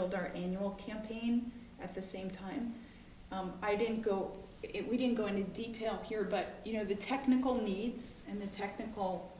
our annual campaign at the same time i didn't go in we didn't go any detail here but you know the technical needs and the technical